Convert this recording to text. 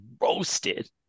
roasted